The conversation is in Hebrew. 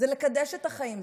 זה לקדש את החיים,